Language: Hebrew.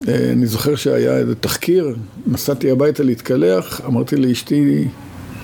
אני זוכר שהיה איזה תחקיר, נסעתי הביתה להתקלח, אמרתי לאשתי...